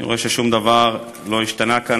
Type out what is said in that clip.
אני רואה ששום דבר לא השתנה כאן,